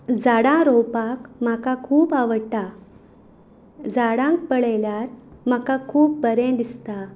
झाडां रोवपाक म्हाका खूब आवडटा झाडांक पळयल्यार म्हाका खूब बरें दिसता